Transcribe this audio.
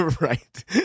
Right